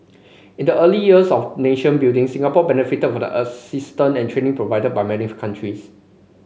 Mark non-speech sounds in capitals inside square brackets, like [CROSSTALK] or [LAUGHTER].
in the early years of nation building Singapore benefited of a assistance and training provided by many [UNINTELLIGIBLE] countries